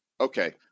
Okay